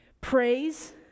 praise